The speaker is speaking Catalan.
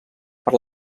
per